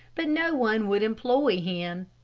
but no one would employ him.